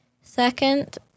Second